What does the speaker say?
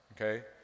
okay